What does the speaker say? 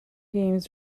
games